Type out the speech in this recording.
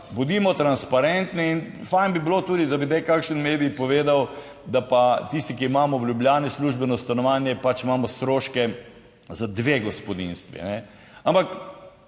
bodimo transparentni. In fajn bi bilo tudi, da bi kdaj kakšen medij povedal, da pa tisti, ki imamo v Ljubljani službeno stanovanje, pač imamo stroške za dve gospodinjstvi. Ampak